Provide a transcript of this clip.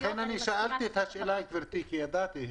לכן שאלתי את השאלה, גברתי, כי ידעתי.